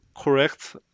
correct